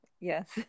yes